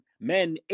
men